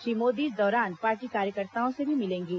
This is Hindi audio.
श्री मोदी इस दौरान पाट र्वी कार्यकर्ताओं से भी मिलेंगे